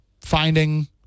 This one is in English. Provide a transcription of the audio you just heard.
finding